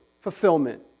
fulfillment